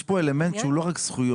יש כאן אלמנט שהוא לא רק זכויות.